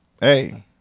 Hey